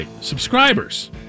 subscribers